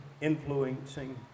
influencing